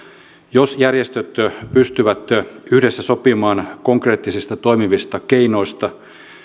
jos järjestöt pystyvät yhdessä sopimaan konkreettisista toimivista keinoista